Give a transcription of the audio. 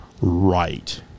right